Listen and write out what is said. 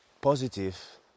positive